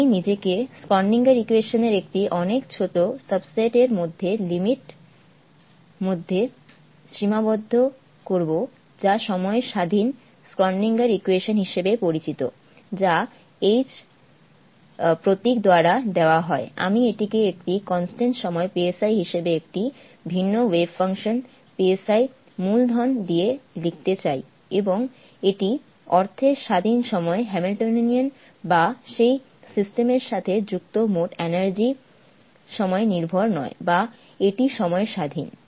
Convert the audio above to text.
আমি নিজেকে Schrodinger equation এর একটি অনেক ছোট সাবসেট এর মধ্যে লিমিট মধ্যে সীমাবদ্ধ করব যা সময় স্বাধীন স্ক্রডিঙ্গার ইকুয়েশন হিসাবে পরিচিত যা H প্রতীক দ্বারা দেওয়া হয় আমি এটিকে একটি কনস্ট্যান্ট সময় হিসাবে একটি ভিন্ন ওয়েভ ফাংশন মূলধন দিয়ে লিখতে চাই এবং এটি অর্থের স্বাধীন সময় হ্যামিল্টনিয়ান বা সেই সিস্টেমের সাথে যুক্ত মোট এনার্জি সময় নির্ভর নয় বা এটি সময় স্বাধীন